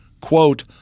quote